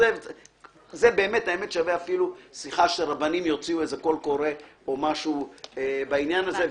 זה שווה אפילו שרבנים יוציאו קול קורא או משהו בעניין הזה.